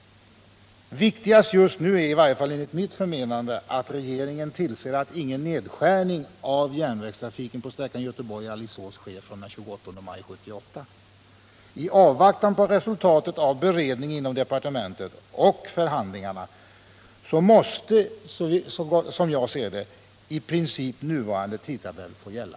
Viktigast just nu är i varje fall enligt mitt förmenande att regeringen tillser att ingen nedskärning av järnvägstrafiken på sträckan Göteborg-Alingsås sker fr.o.m. den 28 maj 1978. I avvaktan på resultatet av beredningen inom departementet och förhandlingarna måste, som jag ser det, i princip nuvarande tidtabell få gälla.